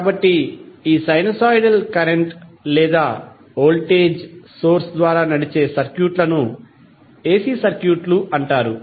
కాబట్టి ఈ sinusoidal current లేదా వోల్టేజ్ సోర్స్ ద్వారా నడిచే సర్క్యూట్ లను ఎసి సర్క్యూట్లు అంటారు